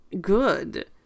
good